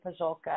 Pajolka